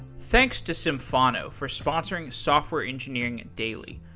thanks to symphono for sponsoring software engineering daily.